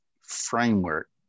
framework